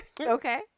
Okay